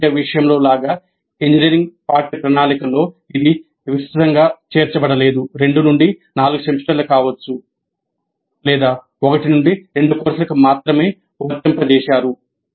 వైద్య విద్య విషయంలో లాగా ఇంజనీరింగ్ పాఠ్యప్రణాళికలో ఇది విస్తృతంగా చేర్చబడలేదు 2 నుండి 4 సెమిస్టర్లు కావచ్చు 1 నుండి 2 కోర్సులకు మాత్రమే వర్తింపజేశారు